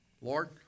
Lord